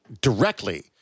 directly